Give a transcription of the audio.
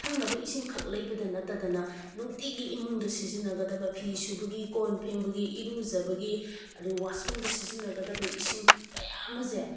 ꯊꯛꯅꯕ ꯏꯁꯤꯡꯈꯛ ꯂꯩꯕꯗ ꯅꯠꯇꯗꯅ ꯅꯨꯡꯇꯤꯒꯤ ꯏꯃꯨꯡꯗ ꯁꯤꯖꯤꯟꯅꯒꯗꯕ ꯐꯤ ꯁꯨꯕꯒꯤ ꯀꯣꯟ ꯐꯦꯡꯕꯒꯤ ꯏꯔꯨꯖꯕꯒꯤ ꯑꯗꯨꯒ ꯋꯥꯁ ꯔꯨꯝꯗ ꯁꯤꯖꯤꯟꯅꯒꯗꯕ ꯏꯁꯤꯡ ꯀꯌꯥ ꯑꯃꯁꯦ